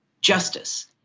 justice